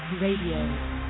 Radio